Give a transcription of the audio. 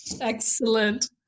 Excellent